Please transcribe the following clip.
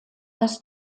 das